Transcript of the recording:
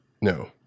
No